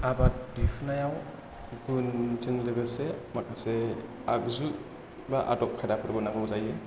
आबाद दिहुननायाव गुनजों लोगोसे माखासे आगजु बा आदब खायदाफोरबो नांगौ जायो